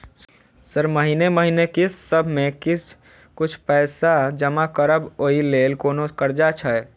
Sir महीने महीने किस्तसभ मे किछ कुछ पैसा जमा करब ओई लेल कोनो कर्जा छैय?